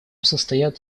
состоят